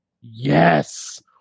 Yes